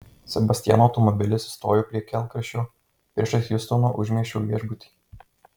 sebastiano automobilis sustojo prie kelkraščio priešais hjustono užmiesčio viešbutį